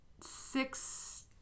six